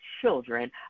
children